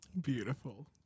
Beautiful